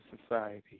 society